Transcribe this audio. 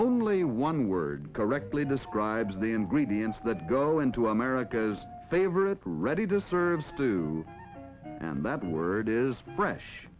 only one word correctly describes the ingredients that go into america's favorite ready deserves to and that word is